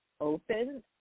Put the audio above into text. open